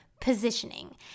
positioning